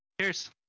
Cheers